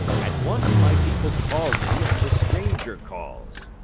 at once my people call me and the stranger calls.